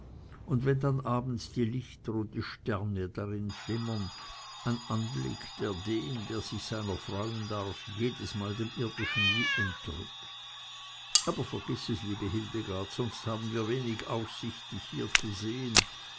und wenn dann abends die lichter und die sterne darin flimmern ein anblick der den der sich seiner freuen darf jedesmal dem irdischen wie entrückt aber vergiß es liebe hildegard sonst haben wir wenig aussicht dich hier zu sehen